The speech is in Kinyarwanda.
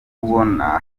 kubona